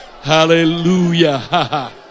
Hallelujah